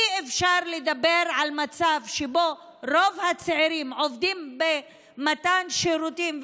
אי-אפשר לדבר על מצב שבו רוב הצעירים עובדים במתן שירותים,